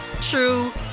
true